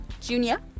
Junior